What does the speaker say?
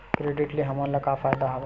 Credit ले हमन का का फ़ायदा हवय?